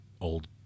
old